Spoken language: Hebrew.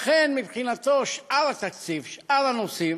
לכן, מבחינתו, שאר התקציב, שאר הנושאים,